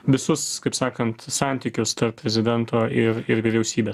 visus kaip sakant santykius tarp prezidento ir ir vyriausybės